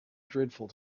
dreadful